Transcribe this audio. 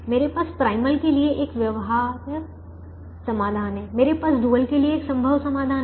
मेरे पास प्राइमल के लिए एक व्यवहार्य समाधान है मेरे पास डुअल के लिए एक संभव समाधान है